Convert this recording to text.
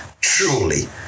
truly